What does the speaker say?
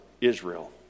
Israel